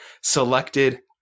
selected